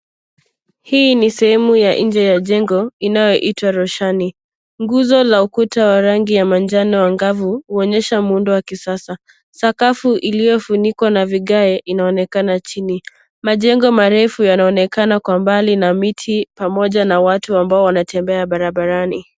Hii ni sehemu ya nje ya jengo inayo itwa roshani nguzo la ukuta wa rangi ya manjano angavu huonyesha muundo wa kisasa. Sakafu iliyofunikwa na vigae inaonekana chini. Majengo marefu yanaonekana kwa mbali na miti pamoja na watu wanaotembea barabarani.